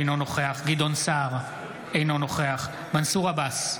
אינו נוכח גדעון סער, אינו נוכח מנסור עבאס,